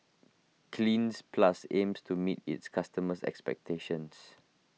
Cleanz Plus aims to meet its customers' expectations